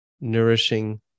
nourishing